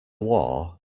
war